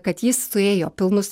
kad jis suėjo pilnus